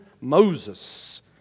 Moses